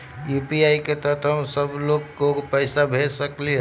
UPI के तहद हम सब लोग को पैसा भेज सकली ह?